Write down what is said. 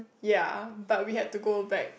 ya but we had to go back